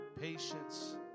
patience